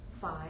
five